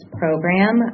program